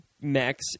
Max